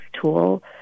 tool